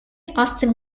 austin